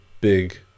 big